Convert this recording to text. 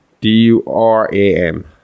D-U-R-A-M